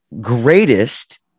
greatest